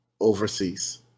overseas